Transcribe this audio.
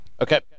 Okay